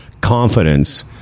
confidence